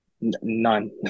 None